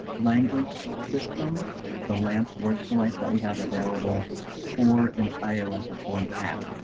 language system the lamp words for life that we have available for an ios or for an app.